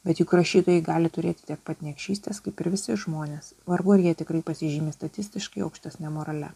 bet juk rašytojai gali turėti tiek pat niekšystės kaip ir visi žmonės vargu ar jie tikrai pasižymi statistiškai aukštesne morale